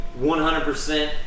100